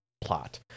plot